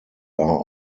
are